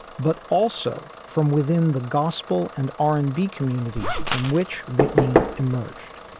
but also from within the gospel and r and b community from which whitney emerged.